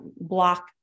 block